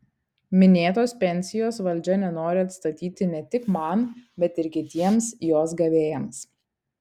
minėtos pensijos valdžia nenori atstatyti ne tik man bet ir kitiems jos gavėjams